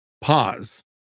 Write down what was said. pause